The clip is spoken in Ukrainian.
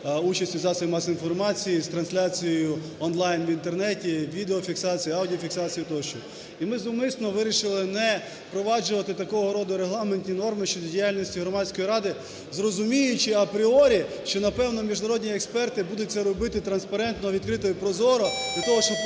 участю засобів масової інформації, з трансляцією онлайн в Інтернеті, відеофіксацією, аудіофіксацією тощо. І ми зумисно вирішили не впроваджувати такого роду регламентні норми щодо діяльності громадської ради, розуміючи апріорі, що напевно міжнародні експерти будуть це робити транспарентно, відкрито і прозоро для того, щоб показати